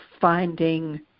finding